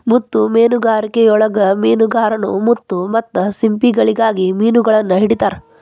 ಮುತ್ತು ಮೇನುಗಾರಿಕೆಯೊಳಗ ಮೇನುಗಾರರು ಮುತ್ತು ಮತ್ತ ಸಿಂಪಿಗಳಿಗಾಗಿ ಮಿನುಗಳನ್ನ ಹಿಡಿತಾರ